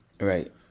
Right